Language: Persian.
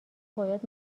باید